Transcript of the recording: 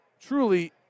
truly